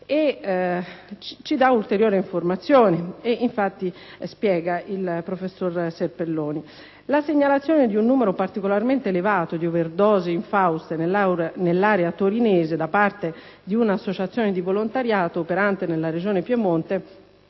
ha dato ulteriori informazioni, spiegando: «La segnalazione di un numero particolarmente elevato di overdose infauste nell'area torinese da parte di un'associazione di volontariato operante nella Regione Piemonte